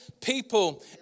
people